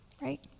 right